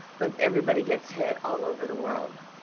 but everybody gets hit all over the world.